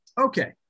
Okay